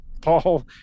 Paul